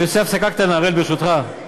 אני עושה הפסקה קטנה, אראל, ברשותך.